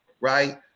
right